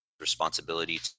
responsibility